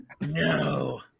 No